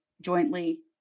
jointly